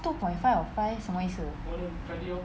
two point five or five 什么意思